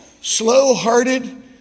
slow-hearted